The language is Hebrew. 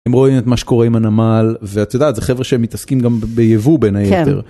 הם רואים את מה שקורה עם הנמל, ואת יודעת, זה חבר'ה שמתעסקים גם ביבוא בין היתר.